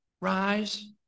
rise